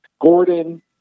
Gordon